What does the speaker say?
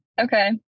Okay